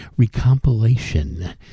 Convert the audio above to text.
recompilation